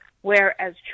Whereas